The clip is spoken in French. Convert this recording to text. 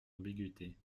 ambiguïté